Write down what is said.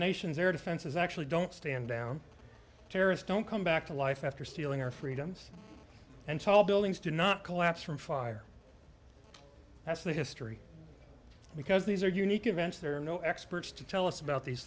nation's air defenses actually don't stand down terrorist don't come back to life after stealing our freedoms and tall buildings do not collapse from fire that's the history because these are unique events there are no experts to tell us about these